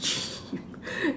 gym